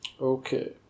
Okay